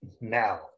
now